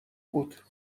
بود